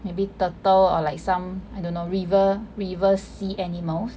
maybe turtle or like some I don't know river river sea animals